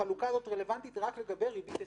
החלוקה הזאת רלוונטית רק לגבי ריבית הסכמית.